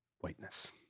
whiteness